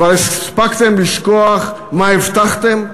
כבר הספקתם לשכוח מה הבטחתם?